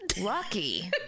Lucky